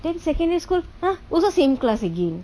then secondary school !huh! also same class again